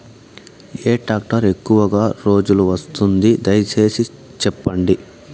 ఏ tractor ఎక్కువగా రోజులు వస్తుంది, దయసేసి చెప్పండి?